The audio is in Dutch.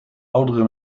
oudere